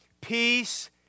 peace